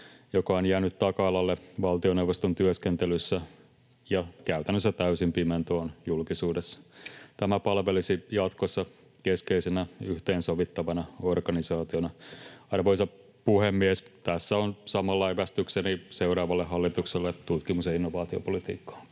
joka on jäänyt taka-alalle valtioneuvoston työskentelyssä ja käytännössä täysin pimentoon julkisuudessa. Tämä palvelisi jatkossa keskeisenä yhteensovittavana organisaationa. Arvoisa puhemies! Tässä on samalla evästykseni seuraavalle hallitukselle tutkimus- ja innovaatiopolitiikkaan.